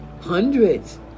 hundreds